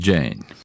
Jane